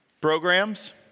programs